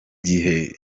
gihe